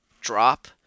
drop